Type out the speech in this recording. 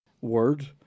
word